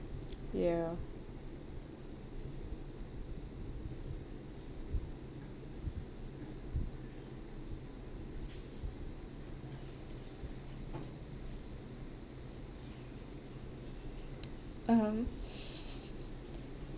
ya um